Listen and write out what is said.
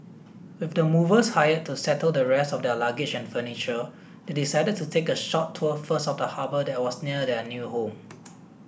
with the movers hired to settle the rest of their luggage and furniture they decided to take a short tour first of the harbour that was near their new home